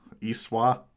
Iswa